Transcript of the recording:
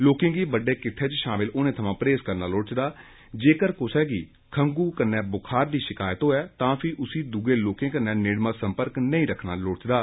लोकें गी बड्डे किटठे च शामल होने थमां परहेज करना लोड़चदा जेकर कुसै गी खंगु कन्नै बुखार दी शकैत होए तां फही उसी दुए लोकें कन्नै नेड़मा संपर्क नेई करना चाहिदा